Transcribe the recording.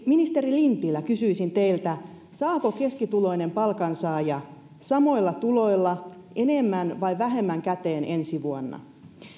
ministeri lintilä kysyisin teiltä saako keskituloinen palkansaaja samoilla tuloilla enemmän vai vähemmän käteen ensi vuonna